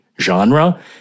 genre